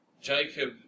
Jacob